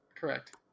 Correct